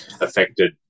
affected